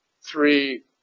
three